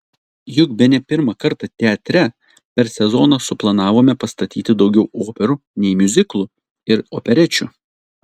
juk bene pirmą kartą teatre per sezoną suplanavome pastatyti daugiau operų nei miuziklų ir operečių